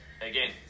Again